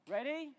Ready